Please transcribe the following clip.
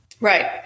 Right